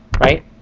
right